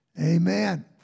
Amen